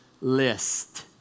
list